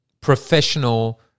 professional